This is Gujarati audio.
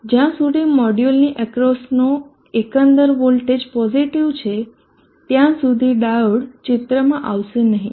જ્યાં સુધી મોડ્યુલની અક્રોસનો એકંદર વોલ્ટેજ પોઝીટીવ છે ત્યાં સુધી ડાયોડ ચિત્રમાં આવશે નહીં